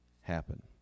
happen